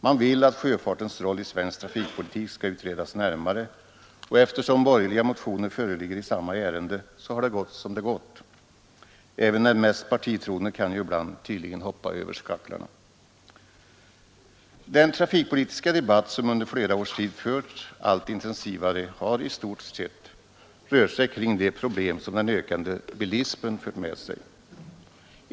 Man vill att sjöfartens roll i svensk trafikpolitik skall utredas närmare, och eftersom borgerliga motioner föreligger i samma ärende har det gått som det gått. Även den mest partitrogne kan ibland tydligen hoppa över skaklarna. Den trafikpolitiska debatt som under flera års tid förts allt intensivare har i stort rört sig kring de problem som den ökande bilismen fört med sig.